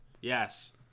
Yes